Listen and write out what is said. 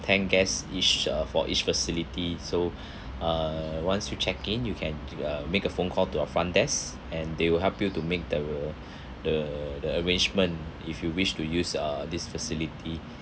ten guests each uh for each facility so uh once you check in you can uh make a phone call to a front desk and they will help you to make the the the arrangement if you wish to use uh this facility